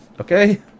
okay